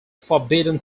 forbidden